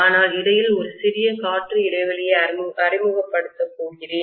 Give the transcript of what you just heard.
ஆனால் இடையில் ஒரு சிறிய காற்று இடைவெளியை அறிமுகப்படுத்தப் போகிறேன்